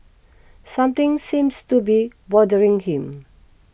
something seems to be bothering him